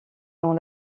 dans